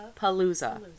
palooza